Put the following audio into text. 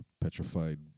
petrified